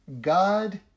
God